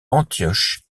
antioche